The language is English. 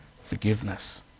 forgiveness